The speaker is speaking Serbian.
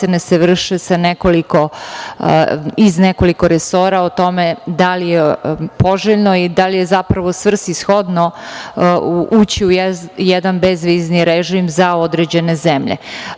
procene se vrše iz nekoliko resora o tome da li je poželjno i da li je zapravo svrsishodno ući u jedan bezvizni režim za određene zemlje. Dakle,